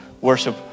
worship